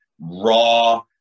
raw